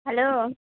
hello